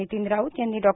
नितीन राऊत यांनी डॉ